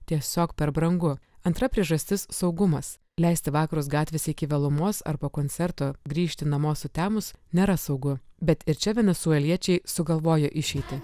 tiesiog per brangu antra priežastis saugumas leisti vakarus gatvės iki vėlumos arba koncerto grįžti namo sutemus nėra saugu bet ir čia venesueliečiai sugalvojo išeitį